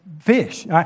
fish